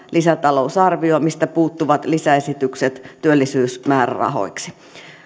lisätalousarvio mistä puuttuvat lisäesitykset työllisyysmäärärahoiksi